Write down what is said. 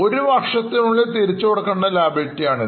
ഒരു വർഷത്തിനുള്ളിൽ തിരിച്ചു കൊടുക്കേണ്ട Liabilities ആണ്